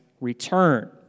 return